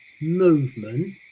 movement